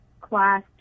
class